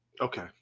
Okay